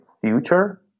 future